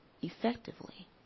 effectively